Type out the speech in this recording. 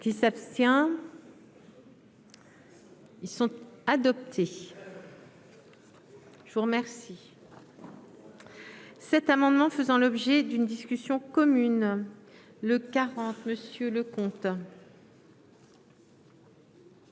il s'abstient. Ils sont adoptés. Je vous remercie. Cet amendement faisant l'objet d'une discussion commune le quarante